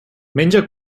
menja